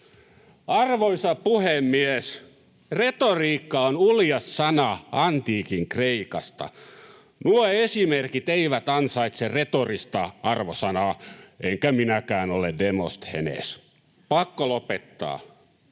Arvoisa puhemies! Retoriikka on uljas sana antiikin Kreikasta. Nuo esimerkit eivät ansaitse retorista arvosanaa, enkä minäkään ole Demosthenes. Pakko lopettaa: